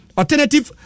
alternative